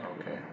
Okay